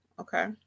okay